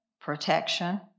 protection